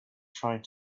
trying